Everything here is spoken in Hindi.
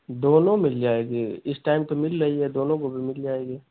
दोनों मिल जाएगी इस टाइम तो मिल रही है दोनों गोभी मिल जाएगी